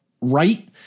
right –